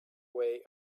way